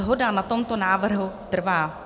Shoda na tomto návrhu trvá.